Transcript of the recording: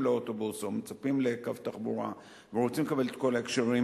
לאוטובוס או מצפים לקו תחבורה ורוצים לקבל את כל ההקשרים,